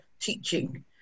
teaching